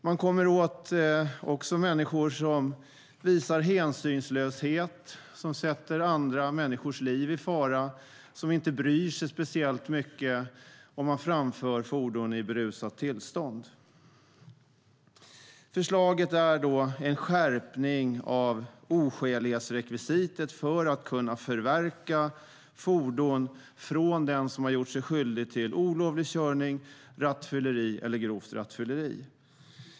Man kommer också åt människor som visar hänsynslöshet, sätter andra människors liv i fara och inte bryr sig speciellt mycket om de framför fordon i berusat tillstånd. Förslaget innebär en skärpning av oskälighetsrekvisitet för att kunna förverka fordon från den som har gjort sig skyldig till olovlig körning, rattfylleri eller grovt rattfylleri.